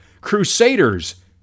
Crusaders